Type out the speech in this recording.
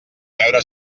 veure